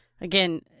Again